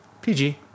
PG